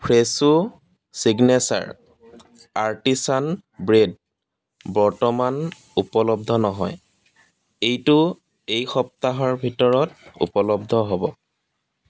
ফ্ৰেছো signature artisan bread বৰ্তমান উপলব্ধ নহয় এইটো এই সপ্তাহৰ ভিতৰত ঊপলব্ধ হ'ব